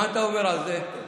מה אתה אומר על זה?